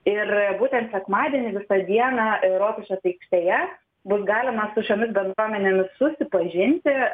ir būtent sekmadienį visą dieną rotušės aikštėje bus galima su šiomis bendruomenėmis susipažinti